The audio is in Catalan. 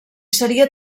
seria